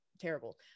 Terrible